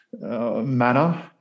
manner